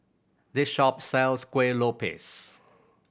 this shop sells Kueh Lopes